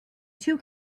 two